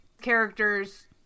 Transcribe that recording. characters